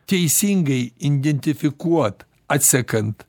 teisingai identifikuot atsekant